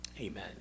Amen